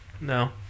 No